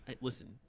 listen